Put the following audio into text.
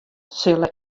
sille